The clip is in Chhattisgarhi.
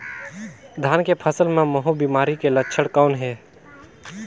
धान के फसल मे महू बिमारी के लक्षण कौन हे?